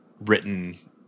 Written